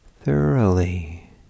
thoroughly